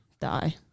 die